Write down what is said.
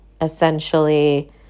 essentially